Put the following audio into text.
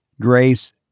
Grace